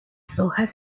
hojas